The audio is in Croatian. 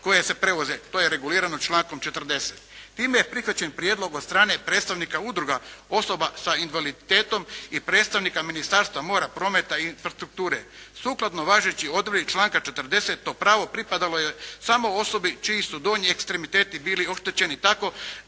koje se prevoze, to je regulirano člankom 40. Time je prihvaćen prijedlog od strane predstavnika Udruga osoba sa invaliditetom i predstavnika Ministarstva mora, prometa i infrastrukture. Sukladno važeći … /Govornik se ne razumije./ … članka 40. to pravo pripadalo je samo osobi čiji su donji ekstremiteti bili oštećeni tako